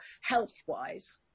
health-wise